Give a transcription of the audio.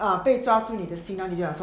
被抓住你的心那里呀我说